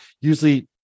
usually